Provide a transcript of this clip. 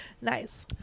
Nice